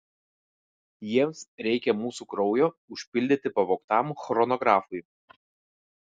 jiems reikia mūsų kraujo užpildyti pavogtam chronografui